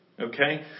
Okay